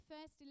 first